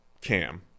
Cam